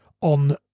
on